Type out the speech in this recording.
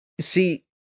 See